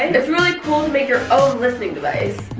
and it's really cool to make your own listening device.